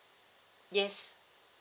yes